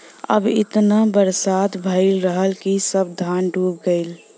अब एतना बरसात भयल रहल कि सब धान डूब गयल